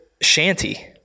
shanty